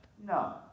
No